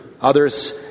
others